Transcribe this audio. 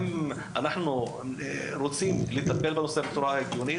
שאם אנחנו רוצים לטפל בנושא הזה בצורה הגיונית